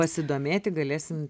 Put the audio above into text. pasidomėti galėsim